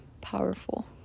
powerful